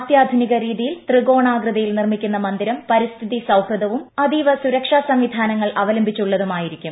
അത്യാധുനിക രീതിയിൽ ത്രികോണാകൃതിയിൽ നിർമ്മിക്കുന്ന മന്ദിരം പ്ലരിസ്ഥിതി സൌഹൃദവും അതീവ സുരക്ഷാ സംവിധാനങ്ങൾ അവല്യംബിച്ചുള്ളതുമായിരിക്കും